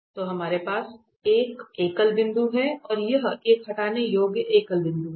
तो हमारे पास एक एकल बिंदु है और यह एक हटाने योग्य एकल बिंदु है